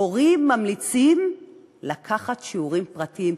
מורים ממליצים לקחת שיעורים פרטיים.